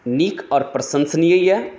नीक आओर प्रशंसनीय यऽ